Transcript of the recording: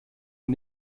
ein